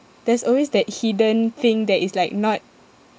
there's always that hidden thing that is like not